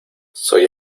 soy